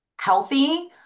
healthy